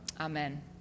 Amen